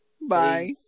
bye